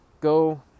Go